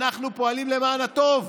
אנחנו פועלים למען הטוב,